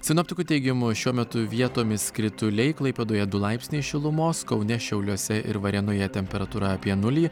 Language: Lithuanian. sinoptikų teigimu šiuo metu vietomis krituliai klaipėdoje du laipsniai šilumos kaune šiauliuose ir varėnoje temperatūra apie nulį